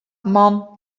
man